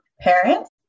parents